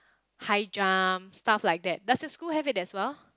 high jumps stuff like that does your school have it as well